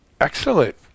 Excellent